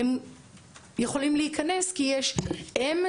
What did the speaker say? הם יכולים להיכנס כי יש אותם,